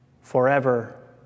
forever